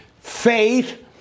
Faith